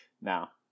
Now